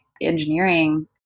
engineering